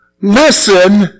listen